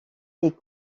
est